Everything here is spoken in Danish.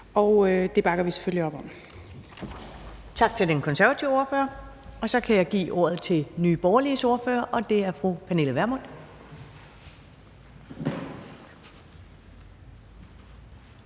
(Karen Ellemann): Tak til den konservative ordfører. Så kan jeg give ordet til Nye Borgerliges ordfører, og det er fru Pernille Vermund.